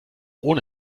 ohne